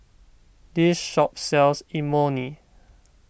this shop sells Imoni